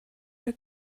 der